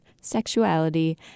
sexuality